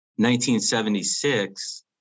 1976